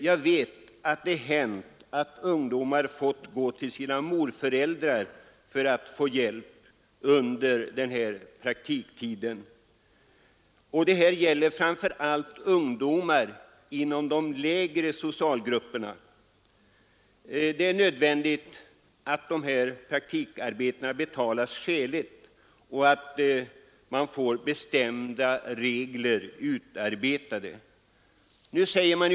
Jag vet att det hänt att ungdomar måst gå till sina morföräldrar för att få hjälp under praktiktiden — framför allt ungdomar inom de lägre socialgrupperna. Det är nödvändigt att de här praktikarbetena betalas skäligt och att bestämda regler utarbetas.